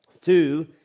Two